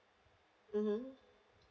mm